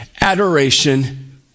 adoration